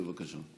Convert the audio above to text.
בבקשה.